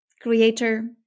creator